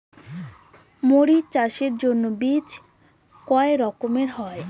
মরিচ চাষের জন্য বীজ কয় রকমের হয়?